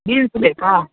beans ಬೇಕಾ